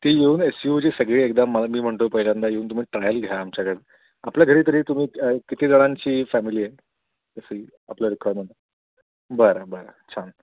ती येऊन एस्यूविची सगळी एकदा मा मी म्हणतो पहिल्यांदा येऊन तुम्ही ट्रायल घ्या आमच्याकडे आपल्या घरी तरी तुम्ही किती जणांची फॅमिली आहे एस ई आपल्या बरं बरं छान